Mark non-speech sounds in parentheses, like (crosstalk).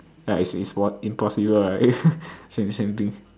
ya it's it's im~ impossible right (laughs) same same thing